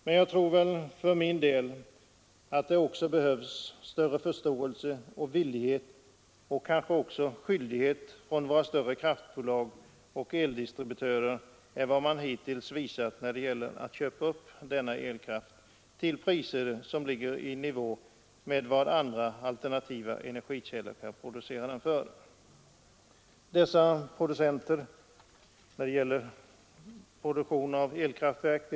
Men jag tror för min del att det också behövs större förståelse och villighet — kanske även skyldighet — från våra större kraftbolag och eldistributörer än vad som Nr 42 hittills visats när det gäller att köpa upp denna elkraft till priser som Tisdagen den ligger i nivå med vad andra alternativa energikällor kan producera den 19 mars 1974 för.